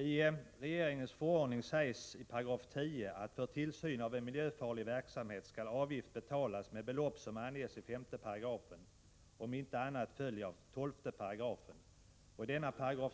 I regeringens förordning sägs i 10 § att för tillsyn av miljöfarlig verksamhet skall avgift betalas med belopp som angesi5 §, om inte annat följer av 12 §. I denna paragraf